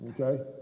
okay